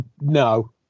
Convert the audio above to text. no